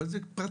אבל זה פרטני.